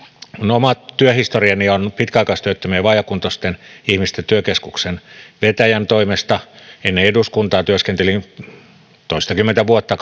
oma työhistoriani on pitkäaikaistyöttömien ja vajaakuntoisten ihmisten työkeskuksen vetäjän toimesta ennen eduskuntaa työskentelin kaikkiaan toistakymmentä vuotta